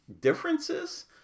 differences